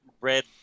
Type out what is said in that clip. red